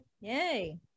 Yay